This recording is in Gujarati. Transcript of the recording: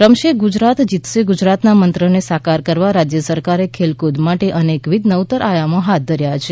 રમશે ગુજરાત જીતશે ગુજરાતના મંત્રને સાકાર કરવા રાજ્ય સરકારે ખેલકૂદ માટે અનેકવિધ નવતર આયામો હાથ ધર્યા છે